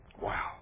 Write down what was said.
Wow